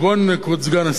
כבוד סגן השר,